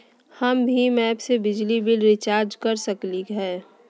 हम भीम ऐप से बिजली बिल रिचार्ज कर सकली हई?